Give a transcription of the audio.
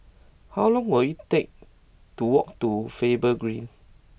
how long will it take to walk to Faber Green